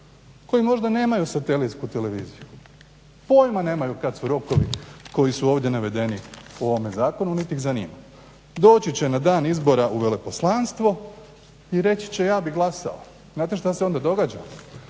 koji možda nemaju satelitsku televiziju, pojma nemaju kad su rokovi koji su ovdje navedeni u ovom zakonu niti ih zanima. Doći će na dan izbora u veleposlanstvo i reći će ja bih glasao. Znate šta se onda događa,